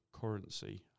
currency